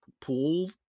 pool